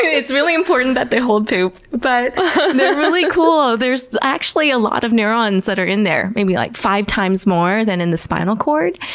it's really important that they hold poop, but they're really cool. there's actually a lot of neurons that are in there. maybe, like five times more than in the spinal cord.